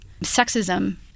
sexism